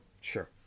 Sure